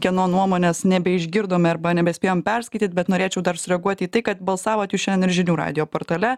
kieno nuomonės nebeišgirdome arba nebespėjom perskaityti bet norėčiau dar sureaguoti į tai kad balsavot jūs šiandien ir žinių radijo portale